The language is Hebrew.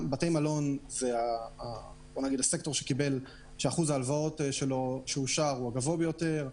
גם בתי מלון הוא סקטור שאחוז ההלוואות שאושר לו הוא הגבוה ביותר.